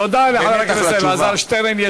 תודה לחבר הכנסת אלעזר שטרן.